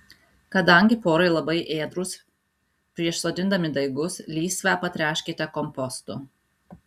kadangi porai labai ėdrūs prieš sodindami daigus lysvę patręškite kompostu